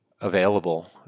available